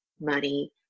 money